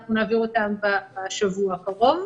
אנחנו נעביר אותן בשבוע הקרוב.